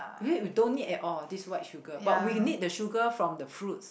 we don't need at all this white sugar but we need the sugar from the fruits